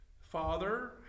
Father